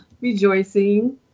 rejoicing